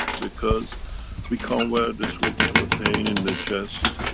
because we can't wear the suit, we have a pain in the chest,